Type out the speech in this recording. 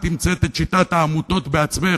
החלטתם שאתם צריכים להעביר כסף לעמותה כך,